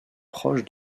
proche